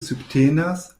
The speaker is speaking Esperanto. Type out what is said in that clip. subtenas